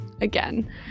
again